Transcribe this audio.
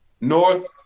North